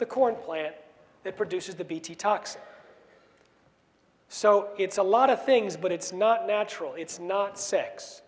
the corn plant that produces the bt talks so it's a lot of things but it's not natural it's not sex